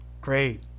Great